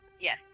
Yes